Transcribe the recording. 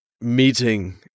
meeting